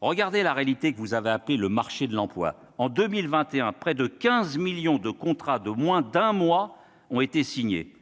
Regardez la réalité de ce que vous appelez le marché de l'emploi : en 2021, près de 15 millions de contrats de moins d'un mois ont été signés,